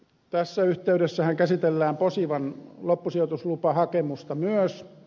tässä yhteydessähän käsitellään posivan loppusijoituslupahakemusta myös